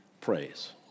praise